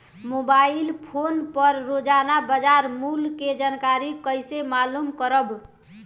Mobile phone पर रोजाना बाजार मूल्य के जानकारी कइसे मालूम करब?